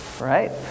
Right